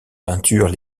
peintures